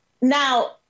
Now